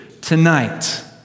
tonight